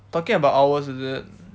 talking about ours is it